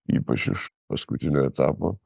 ypač iš paskutinio etapo